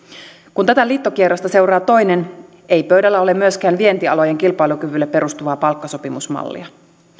kun tätä liittokierrosta seuraa toinen ei pöydällä ole myöskään vientialojen kilpailukyvylle perustuvaa palkkasopimusmallia